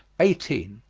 eighteen.